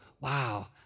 wow